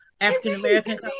African-Americans